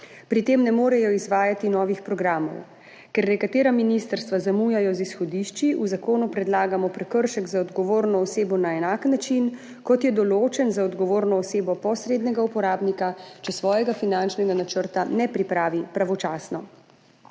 Pri tem ne morejo izvajati novih programov. Ker nekatera ministrstva zamujajo z izhodišči, v zakonu predlagamo prekršek za odgovorno osebo na enak način, kot je določen za odgovorno osebo posrednega uporabnika, če svojega finančnega načrta ne pripravi pravočasno.